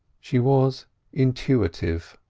she was intuitive.